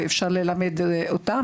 אפשר ללמד אותם,